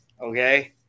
Okay